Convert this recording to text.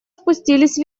спустились